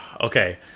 okay